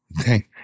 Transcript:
okay